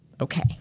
okay